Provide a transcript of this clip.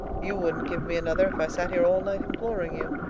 you wouldn't give me another if i sat here all night imploring you.